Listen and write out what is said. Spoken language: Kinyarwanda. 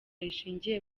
rishingiye